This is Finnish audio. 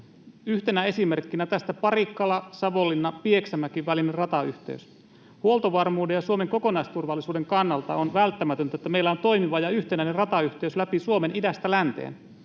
Yhtenä esimerkkinä tästä on Parikkala—Savonlinna—Pieksämäki-välin ratayhteys. Huoltovarmuuden ja Suomen kokonaisturvallisuuden kannalta on välttämätöntä, että meillä on toimiva ja yhtenäinen ratayhteys läpi Suomen idästä länteen.